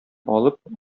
алып